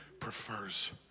prefers